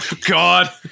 God